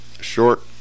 short